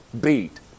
beat